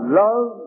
love